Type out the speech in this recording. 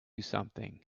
something